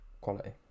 Quality